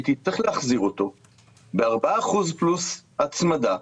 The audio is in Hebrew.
שהיא תצטרך להחזיר אותו ב-4% פלוס הצמדה,